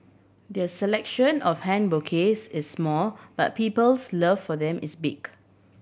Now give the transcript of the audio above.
their selection of hand bouquets is small but people's love for them is big